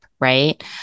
right